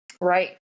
Right